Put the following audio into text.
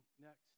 next